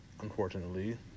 unfortunately